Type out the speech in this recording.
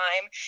time